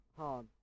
hard